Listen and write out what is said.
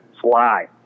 fly